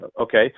Okay